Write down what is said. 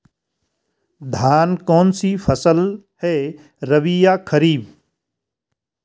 धान कौन सी फसल है रबी या खरीफ?